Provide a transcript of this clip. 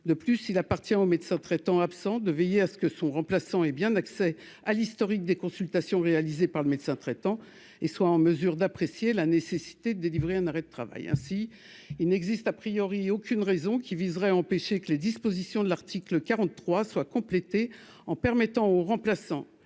de plus, il appartient au médecin traitant, absent de veiller à ce que son remplaçant et bien d'accès à l'historique des consultations réalisées par le médecin traitant et soit en mesure d'apprécier la nécessité délivrer un arrêt de travail, ainsi il n'existe a priori aucune raison qui viserait à empêcher que les dispositions de l'article 43 soit complété en permettant aux remplaçants,